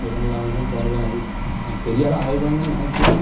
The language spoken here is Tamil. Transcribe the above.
இது பண்ணலான்னு தான் தோணுது எனக்கு நான் பெரியாளாக ஆகிருவேன் தான் நினைக்கிறேன்